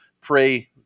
pray